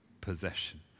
possession